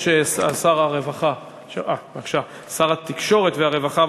שר התקשורת והרווחה,